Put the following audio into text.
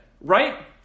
right